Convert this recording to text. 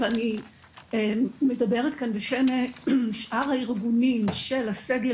ואני מדברת כאן בשם שאר הארגונים של הסגל